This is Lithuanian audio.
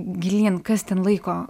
gilyn kas ten laiko